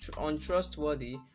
untrustworthy